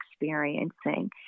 experiencing